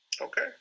Okay